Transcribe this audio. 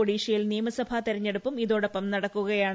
ഒഡീഷയിൽ നിയമസഭാ തിരഞ്ഞെടുപ്പും ഇതോടൊപ്പം നടക്കുകയാണ്